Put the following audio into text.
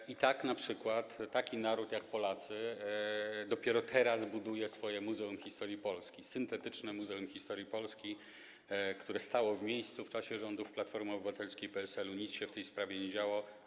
I tak np. taki naród jak Polacy dopiero teraz buduje swoje Muzeum Historii Polski, syntetyczne Muzeum Historii Polski, które stało w miejscu w czasie rządów Platformy Obywatelskiej i PSL-u, nic się wtedy w tej sprawie nie działo.